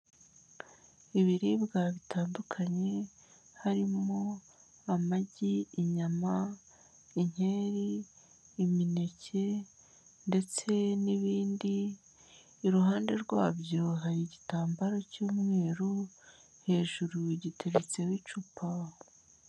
Ibiribwa bitandukanye, harimo amagi, inyama, inkeri, imineke ndetse n'ibindi, iruhande rwabyo, hari igitambaro cy'umweru, hejuru giteretseho icupa.